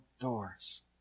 doors